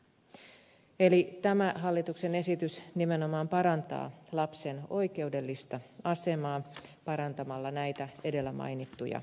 eli tämä hallituksen esitys nimenomaan parantaa lapsen oikeudellista asemaa parantamalla näitä edellä mainittuja epäkohtia